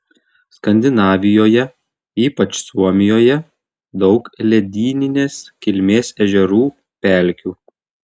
skandinavijoje ypač suomijoje daug ledyninės kilmės ežerų pelkių